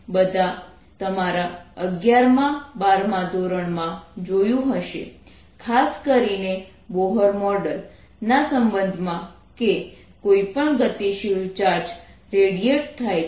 તમે બધા તમારા અગિયારમાં બારમાં ધોરણમાં જોયું હશે ખાસ કરીને બોહર મોડેલ Bohr's model ના સંબંધમાં કે કોઈ પણ ગતિશીલ ચાર્જ રેડિયેટ થાય છે